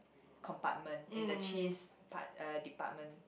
compartment in the cheese part~ uh department